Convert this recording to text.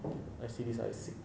I see this I sick